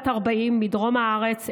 בת 40 מדרום הארץ,